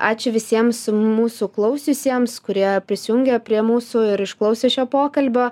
ačiū visiems mūsų klausiusiems kurie prisijungė prie mūsų ir išklausė šio pokalbio